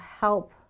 help